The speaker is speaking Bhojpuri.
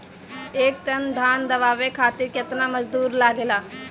एक टन धान दवावे खातीर केतना मजदुर लागेला?